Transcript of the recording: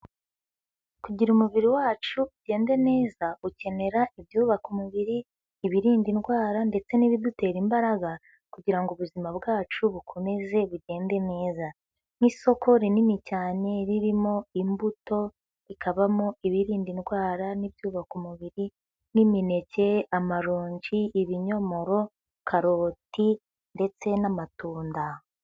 Kugira umubiri wacu ugende neza, ukenera ibyubaka umubiri, ibirinda indwara ndetse n'ibidutera imbaraga kugira ubuzima bwacu bukomeze bigende neza. Nk'isoko rinini cyane ririmo imbuto, rikabamo ibirinda indwara n'ibyubaka umubiri nk'imineke, amaronji, ibinyomoro, karoti ndetse n'amatunda.